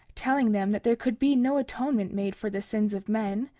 telling them that there could be no atonement made for the sins of men,